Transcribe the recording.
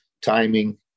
timing